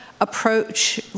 approach